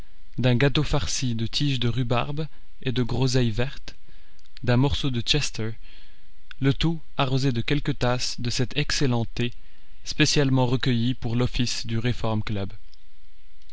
d'un gâteau farci de tiges de rhubarbe et de groseilles vertes d'un morceau de chester le tout arrosé de quelques tasses de cet excellent thé spécialement recueilli pour l'office du